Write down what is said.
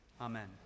Amen